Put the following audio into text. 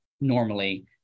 normally